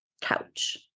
couch